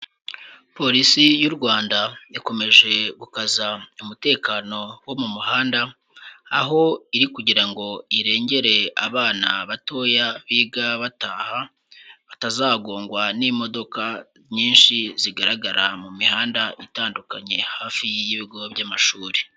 Polisi y'u Rwanda, ikomeje gukaza umutekano, wo mu muhanda. Aho iri kugira ngo irengere abana batoya, biga bataha batazagongwa n'imodoka nyinshi, zigaragara mu mihanda, itandukanye hafi y'ibigo by'amashuri.